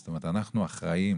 זאת אומרת אנחנו אחראים